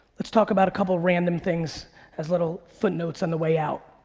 let's talk about a couple random things as little footnotes on the way out.